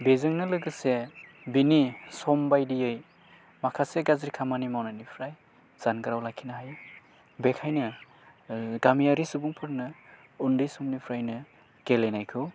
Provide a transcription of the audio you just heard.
बेजोंनो लोगोसे बिनि सम बायदियै माखासे गाज्रि खामानि मावनायनिफ्राय जानगाराव लाखिनो हायो बेखायनो गामियारि सुबुंफोरनो उन्दै समनिफ्रायनो गेलेनायखौ